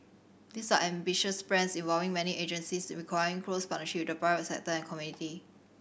these are ambitious plans involving many agencies and requiring close partnership with the private sector and community